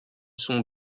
son